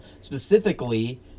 specifically